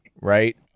Right